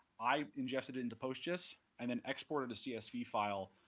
i ingest it into postgis, and then exported a csv file